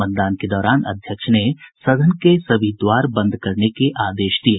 मतदान के दौरान अध्यक्ष ने सदन के सभी द्वार बंद करने के आदेश दिये